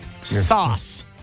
Sauce